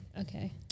Okay